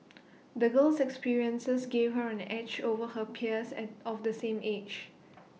the girl's experiences gave her an edge over her peers at of the same age